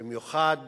במיוחד